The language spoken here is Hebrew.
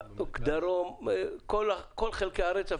זה בכל חלקי הארץ.